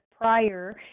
prior